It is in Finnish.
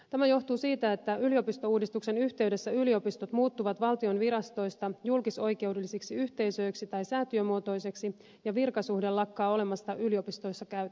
tämä johtuu siitä että yliopistouudistuksen yhteydessä yliopistot muuttuvat valtion virastoista julkisoikeudellisiksi yhteisöiksi tai säätiömuotoisiksi ja virkasuhde lakkaa olemasta yliopistoissa käytössä